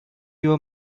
your